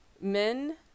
Men